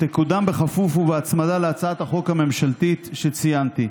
תקודם בכפוף ובהצמדה להצעת החוק הממשלתית שציינתי.